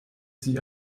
sie